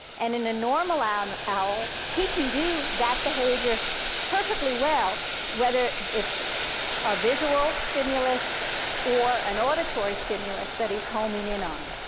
and in a normal um owl, he can do that behavior perfectly well, whether it's a visual stimulus or an auditory stimulus that he's homing in on.